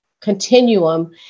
continuum